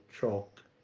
chalk